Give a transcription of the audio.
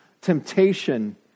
temptation